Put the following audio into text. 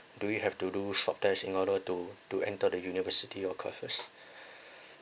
do we have to do swab test in order to to enter the university first